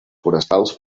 forestals